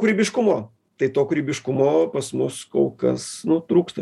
kūrybiškumo tai to kūrybiškumo pas mus kol kas nu trūksta